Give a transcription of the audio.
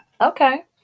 Okay